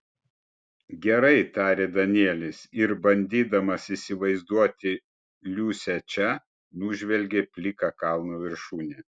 gerai tarė danielis ir bandydamas įsivaizduoti liusę čia nužvelgė pliką kalno viršūnę